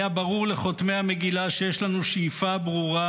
היה ברור לחותמי המגילה שיש לנו שאיפה ברורה